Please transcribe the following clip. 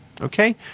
Okay